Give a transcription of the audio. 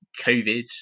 COVID